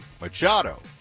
Machado